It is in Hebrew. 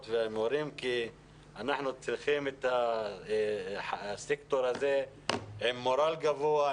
והמורים כי אנחנו צריכים את הסקטור הזה עם מורל גבוה,